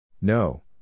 No